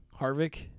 Harvick